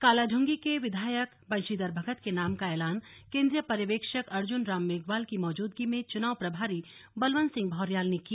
कालादूंगी के विधायक बंशीधर भगत के नाम का एलान केंद्रीय पर्यवेक्षक अर्जुन राम मेघवाल की मौजूदगी में चुनाव प्रभारी बलवत सिंह भौर्याल ने किया